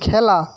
খেলা